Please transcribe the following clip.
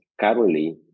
currently